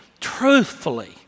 truthfully